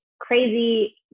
crazy